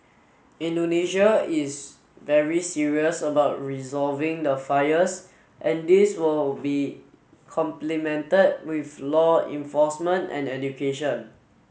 Indonesia is very serious about resolving the fires and this will be complemented with law enforcement and education